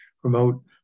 promote